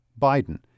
Biden